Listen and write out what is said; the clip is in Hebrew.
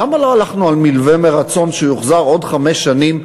למה לא הלכנו על מלווה מרצון שיוחזר עוד חמש שנים,